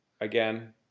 again